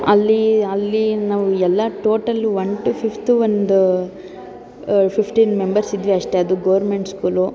ಅಲ್ಲಿ ಅಲ್ಲಿ ನಾವು ಎಲ್ಲ ಟೋಟಲ್ಲು ಒನ್ ಟು ಫಿಫ್ತು ಒಂದು ಫಿಫ್ಟೀನ್ ಮೆಂಬರ್ಸ್ ಇದ್ವಿ ಅಷ್ಟೇ ಅದು ಗೋರ್ಮೆಂಟ್ ಸ್ಕೂಲು